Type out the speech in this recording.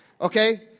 okay